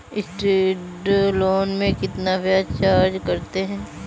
Student loan में कितना ब्याज चार्ज करते हैं?